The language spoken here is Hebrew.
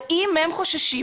האם הם חוששים,